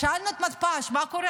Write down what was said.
שאלנו את מתפ"ש: מה קורה?